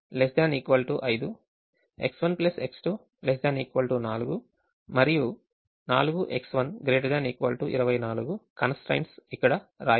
X1 X2 ≤ 5 X1 X2 ≤ 4 మరియు 4X1 ≥ 24 constraints ఇక్కడ వ్రాయబడ్డాయి